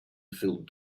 filled